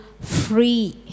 free